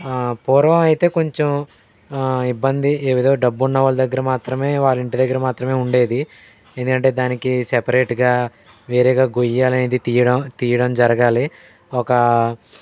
పూర్వం అయితే కొంచెం ఇబ్బంది ఏదో డబ్బున్న వాళ్ళ దగ్గర మాత్రమే వాళ్ళ ఇంటి దగ్గర మాత్రమే ఉండేది ఇదేంటే దానికి సెపరేట్గా వేరేగా గొయ్య అనేది తీయడం తీయడం జరగాలి ఒక